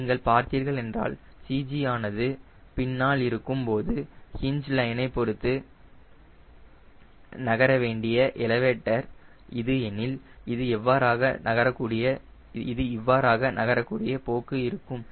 நீங்கள் பார்த்தீர்களானால் CG ஆனது பின்னால் இருக்கும் போது ஹிஞ் லைனை பொருத்து நகர வேண்டிய எலவேட்டர் இது எனில் இது இவ்வாறாக நகரக்கூடிய போக்கு இருக்கும்